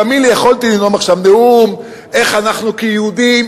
תאמין לי שיכולתי לנאום עכשיו נאום איך אנחנו כיהודים,